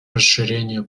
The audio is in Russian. расширению